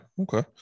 Okay